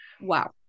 Wow